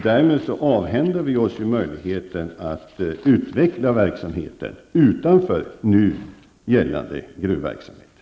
Därmed avhänder vi oss möjligheten att utveckla verksamheten utöver den nu bedrivna gruvdriften.